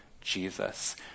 Jesus